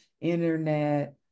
internet